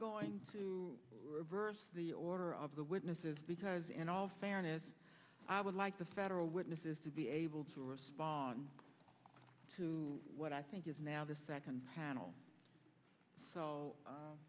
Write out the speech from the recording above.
going to reverse the order of the witnesses because in all fairness i would like the federal witnesses to be able to respond to what i think is now the second handle so